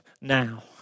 now